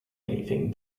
anything